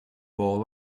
ball